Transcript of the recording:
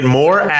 more